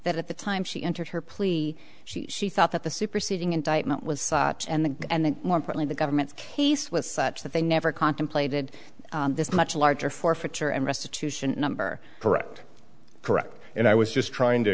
that at the time she entered her plea she she thought that the superseding indictment was sought and the and the one probably the government's case was such that they never contemplated this much larger forfeiture and restitution number correct correct and i was just trying to